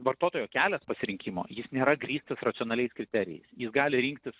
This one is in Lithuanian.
vartotojo kelias pasirinkimo jis nėra grįstas racionaliais kriterijais jis gali rinktis